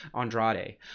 Andrade